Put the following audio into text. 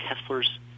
Kessler's